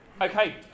Okay